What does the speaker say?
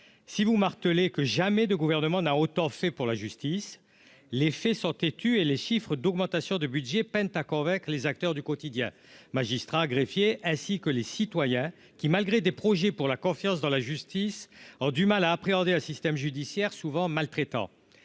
si vous marteler que jamais de gouvernement n'a autant fait pour la justice, les faits sont têtus et les chiffres d'augmentation de budget, peine à convaincre les acteurs du quotidien, magistrats, greffiers, ainsi que les citoyens qui, malgré des projets pour la confiance dans la justice, alors du mal à appréhender un système judiciaire souvent maltraitant